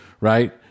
Right